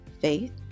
faith